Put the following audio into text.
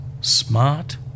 smart